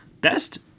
Best